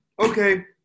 okay